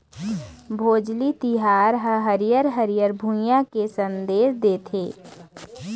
भोजली तिहार ह हरियर हरियर भुइंया के संदेस देथे